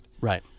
right